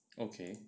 okay